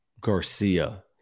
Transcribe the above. Garcia